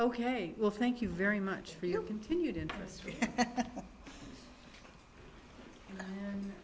ok well thank you very much for your continued interest